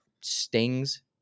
stings